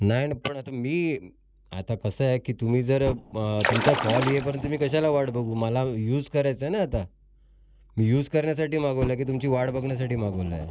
नाही ना पण आता मी आता कसं आहे की तुम्ही जर तुमचा कॉल येईपर्यंत मी कशाला वाट बघू मला यूज करायचं ना आता मी यूज करण्यासाठी मागवला की तुमची वाट बघण्यासाठी मागवला आहे